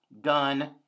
done